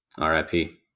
RIP